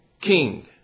king